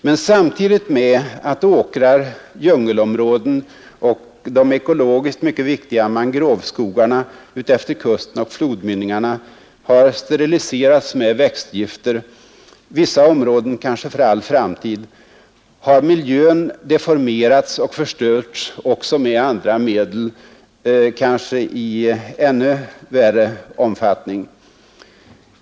Men samtidigt med att åkrar, djungelområden och de ekologiskt mycket viktiga mangroveskogarna utefter kusten och flodmynningarna har steriliserats med växtgifter, vissa områden kanske för all framtid, har miljön deformerats och förstörts också med andra medel, kanske i än värre omfattning.